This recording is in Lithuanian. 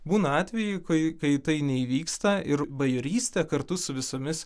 būna atvejų kai kai tai neįvyksta ir bajorystė kartu su visomis